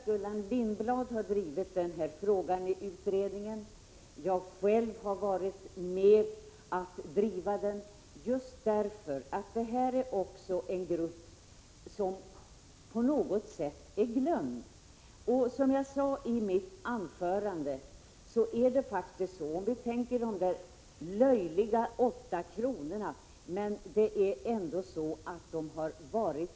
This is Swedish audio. Gullan Lindblad har drivit denna fråga i utredningen, och jag har själv varit med om att driva den — det är nämligen fråga om en grupp som på något sätt har glömts bort. De hemarbetande har fått ett löjligt lågt belopp på 8 kr. per dag, men de har i alla fall omfattats av en försäkring.